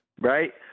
Right